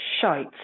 shite